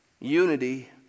Unity